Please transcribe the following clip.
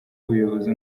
ubuyobozi